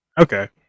okay